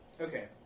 Okay